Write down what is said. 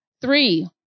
Three